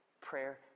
Prayer